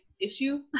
issue